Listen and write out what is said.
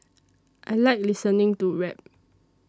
I like listening to rap